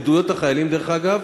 עדויות החיילים, דרך אגב,